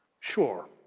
sure,